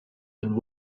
and